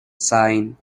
sign